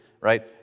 right